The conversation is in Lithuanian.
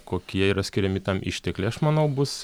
kokie yra skiriami tam ištekliai aš manau bus